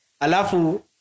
Alafu